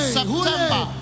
September